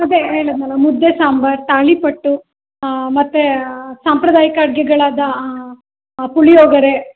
ಅದೇ ಹೇಳಿದೆನಲ್ಲ ಮುದ್ದೆ ಸಾಂಬಾರ್ ತಾಲಿಪೀಟು ಮತ್ತು ಸಾಂಪ್ರದಾಯಿಕ ಅಡುಗೆಗಳಾದ ಪುಳಿಯೋಗರೆ